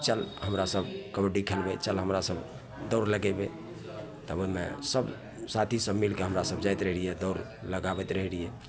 चल हमरासभ कबड्डी खेलबै चल दौड़ लगेबै आओर तब ओहिमे सभ साथीसभ मिलिके हमरासभ जाइत रहिए दौड़ लगाबैत रहै रहिए